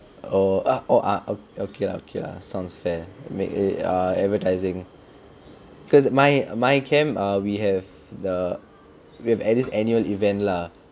oh ah oh okay okay lah okay lah sounds fair make a uh advertising because my my camp err we have the with err this annual event lah